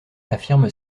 affirme